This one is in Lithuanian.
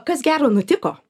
kas gero nutiko